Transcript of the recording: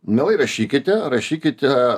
mielai rašykite rašykite